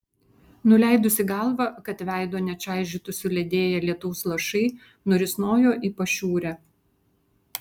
nuleidusi galvą kad veido nečaižytų suledėję lietaus lašai nurisnojo į pašiūrę